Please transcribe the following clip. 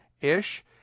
ish